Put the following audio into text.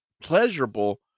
pleasurable